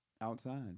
outside